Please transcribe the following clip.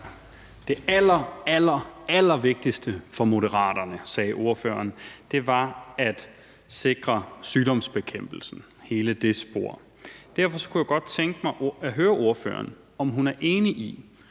at det allerallervigtigste for Moderaterne var at sikre sygdomsbekæmpelse, altså hele det spor. Derfor kunne jeg godt tænke mig at høre ordføreren, om hun er enig i,